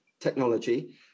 technology